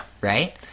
Right